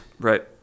Right